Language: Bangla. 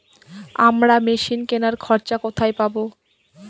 আমরা মেশিন কেনার খরচা কোথায় পাবো?